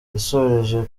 yasoreje